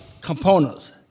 components